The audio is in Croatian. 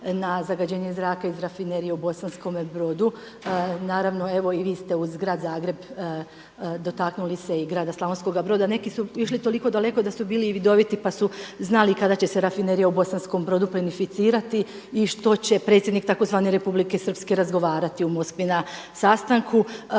na zagađenje zraka iz Rafinerije u Bosanskome Brodu. Naravno evo i vi ste uz Grad Zagreb dotaknuli se i grada Slavonskoga Broda. Neki su išli toliko daleko da su bili i vidoviti pa su znali kada će se Rafinerija u Bosanskom Brodu plinificirati i što će predsjednik tzv. Republike Srpske razgovarati u Moskvi na sastanku.